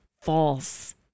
false